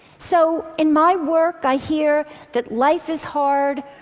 so in my work, i hear that life is hard,